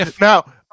Now